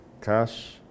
cash